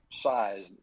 size